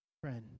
Friend